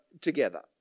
together